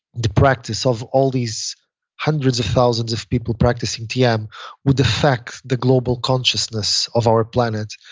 the practice of all these hundreds of thousands of people practicing tm would defect the global consciousness of our planet,